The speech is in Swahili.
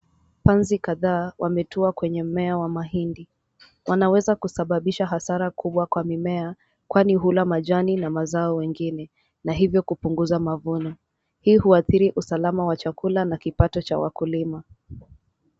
Panzi kadhaa wametua kwenye mmea wa mahindi. Wanaweza kusababisha hasara kubwa kwa mimea, kwani hula majani na mazao mengine, na hivyo kupunguza mavuno. Hii huathiri usalama wa chakula na kipato cha wakulima.